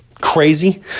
crazy